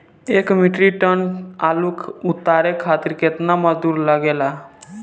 एक metric tonne आलू उतारे खातिर केतना मजदूरी लागेला?